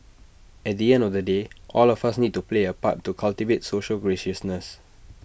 at the end of the day all of us need to play A part to cultivate social graciousness